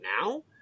now